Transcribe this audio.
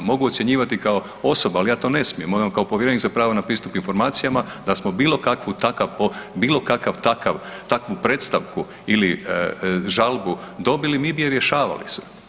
Mogu ocjenjivati kao osoba, ali ja to ne smijem, moram kao povjerenik za prava na pristup informacijama da smo bilo kakvu, takav po bilo kakav takav, takvu predstavku ili žalbu dobili mi bi je rješavali.